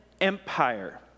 Empire